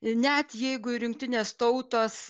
net jeigu ir jungtinės tautos